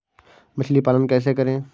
मछली पालन कैसे करें?